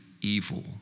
evil